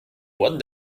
what